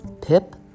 Pip